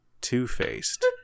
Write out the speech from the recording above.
two-faced